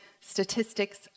statistics